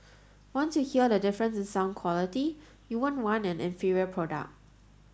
once you hear the difference in sound quality you won't want an inferior product